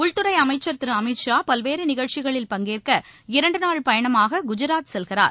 உள்துறை அமைச்சர் திரு அமித் ஷா பல்வேறு நிகழ்ச்சிகளில் பங்கேற்க இரண்டு நாள் பயணமாக குஜராத் செல்கிறார்